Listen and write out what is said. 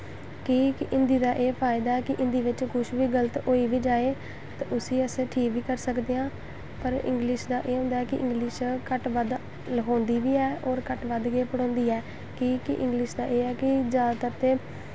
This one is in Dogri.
की हिन्दी दा एह् फायदा ऐ हिन्दी बिच्च कुछ बी गल्त होई बी जाए तां उसी अस ठीक बी करी सकदे आं पर इंग्लिश दा एह् होंदा ऐ कि इंग्लिश घट्ट बद्ध लखोंदी बी ऐ होर घट्ट बद्ध गै पढ़ोंदी बी ऐ कि के इंग्लिश दा एह् ऐ कि जादातर ते